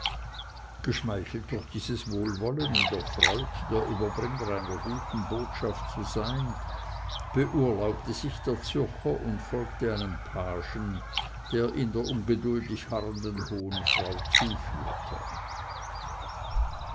geschmeichelt durch dies wohlwollen und erfreut der überbringer einer guten botschaft zu sein beurlaubte sich der zürcher und folgte einem pagen der ihn der ungeduldig harrenden hohen frau zuführte